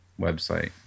website